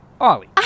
Ollie